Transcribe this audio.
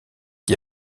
qui